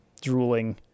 drooling